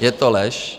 Je to lež.